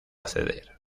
acceder